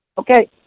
okay